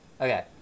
okay